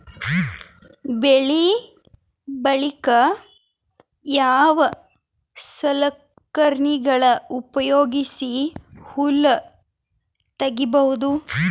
ಬೆಳಿ ಬಳಿಕ ಯಾವ ಸಲಕರಣೆಗಳ ಉಪಯೋಗಿಸಿ ಹುಲ್ಲ ತಗಿಬಹುದು?